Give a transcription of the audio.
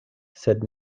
sed